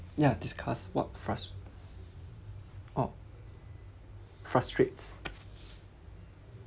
ya disgust what frust~ oh frustrates